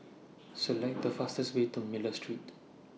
Select The fastest Way to Miller Street